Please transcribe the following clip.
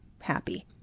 happy